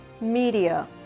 media